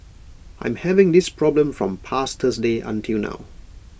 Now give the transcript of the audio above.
I'm having this problem from past Thursday until now